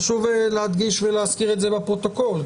חשוב להדגיש ולהזכיר את זה לפרוטוקול.